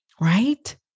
Right